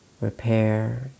repair